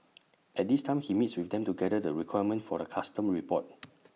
at this time he meets with them to gather the requirements for A custom report